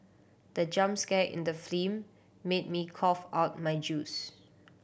the jump scare in the film made me cough out my juice